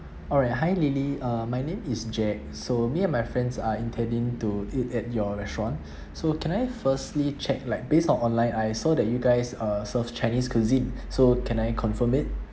alright hi lily uh my name is jack so me and my friends are intending to eat at your restaurant so can I firstly check like based on online I saw that you guys uh serve chinese cuisine so can I confirm it